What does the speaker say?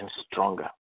stronger